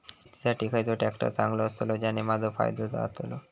शेती साठी खयचो ट्रॅक्टर चांगलो अस्तलो ज्याने माजो फायदो जातलो?